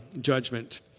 judgment